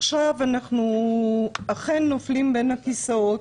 עכשיו אנחנו אכן נופלים בין הכיסאות